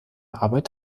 arbeit